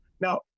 Now